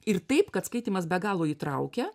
ir taip kad skaitymas be galo įtraukia